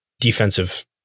defensive